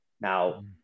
Now